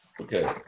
Okay